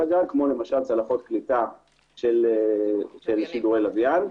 הגג כמו למשל צלחות קליטה של שידורי לווין.